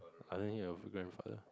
I never hear of grandfather